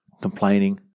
Complaining